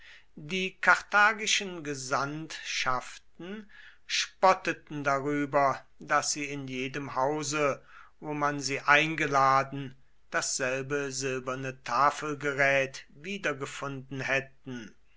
die karthagischen gesandtschaften spotteten darüber daß sie in jedem hause wo man sie eingeladen dasselbe silberne tafelgerät wiedergefunden hätten